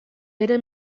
bere